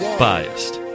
biased